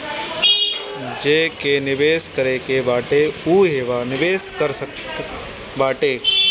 जेके भी निवेश करे के बाटे उ इहवा निवेश कर सकत बाटे